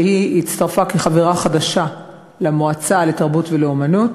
שהצטרפה כחברה חדשה למועצה לתרבות ולאמנות.